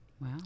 Wow